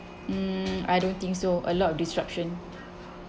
mm I don't think so a lot of disruption